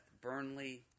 Burnley